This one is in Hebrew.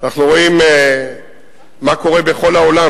אנחנו רואים מה קורה בכל העולם,